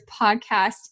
Podcast